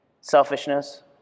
selfishness